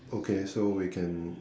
okay so we can